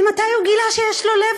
ממתי הוא גילה שיש לו לב,